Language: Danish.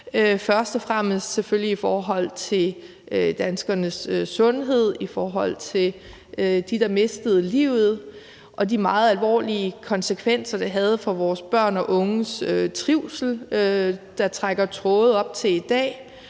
først og fremmest selvfølgelig i forhold til danskernes sundhed, dem, der mistede livet, og de meget alvorlige konsekvenser, det havde for vores børn og unges trivsel, og som trækker tråde op til dag,